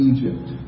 Egypt